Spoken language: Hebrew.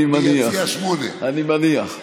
אני מניח, אני מניח.